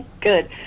Good